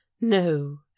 no